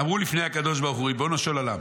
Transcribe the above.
"אמרו לפני הקדוש ברוך הוא: ריבונו של עולם,